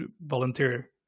volunteer